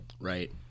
Right